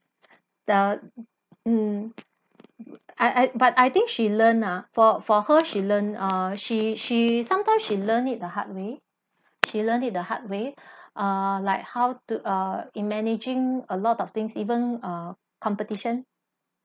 the mm I I but I think she learn ah for for her she learn uh she she sometimes she learn it the hard way she learn it the hard way uh like how to uh in managing a lot of things even uh competition